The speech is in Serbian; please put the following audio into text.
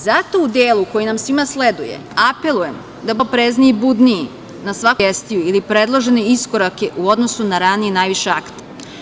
Zato u delu koji nam svima sleduje apelujem da budemo što oprezniji i budniji na svaku sugestiju ili predložene iskorake u odnosu na ranije najviše akte.